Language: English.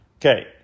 okay